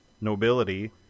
nobility